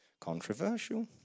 Controversial